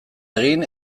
egin